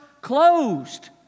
closed